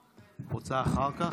רוצה אחר כך?